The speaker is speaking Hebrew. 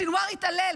סנוואר התעלל,